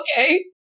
Okay